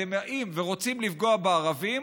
כשאתם באים ורוצים לפגוע בערבים,